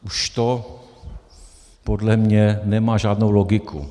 Už to podle mě nemá žádnou logiku.